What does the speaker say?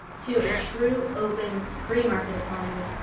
to a true, open, free-market economy.